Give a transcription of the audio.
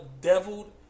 deviled